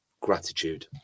gratitude